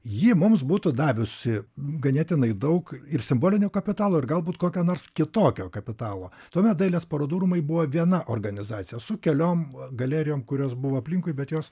ji mums būtų davusi ganėtinai daug ir simbolinio kapitalo ir galbūt kokio nors kitokio kapitalo tuomet dailės parodų rūmai buvo viena organizacija su keliom galerijom kurios buvo aplinkui bet jos